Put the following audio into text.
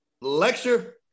Lecture